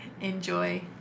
enjoy